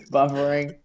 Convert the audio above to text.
Buffering